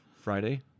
Friday